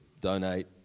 donate